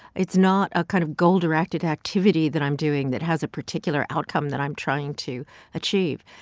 it's not a kind of goal-directed activity that i'm doing that has a particular outcome that i'm trying to achieve.